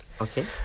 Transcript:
Okay